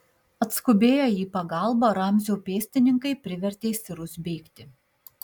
atskubėję į pagalbą ramzio pėstininkai privertė sirus bėgti